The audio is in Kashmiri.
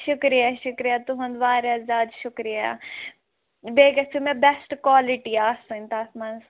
شُکریہ شُکریہ تُہُنٛد واریاہ زیادٕ شُکریہ بیٚیہِ گٔژھِو مےٚ بیسٹہٕ کالِٹی آسٕنۍ تَتھ منٛز